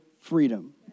freedom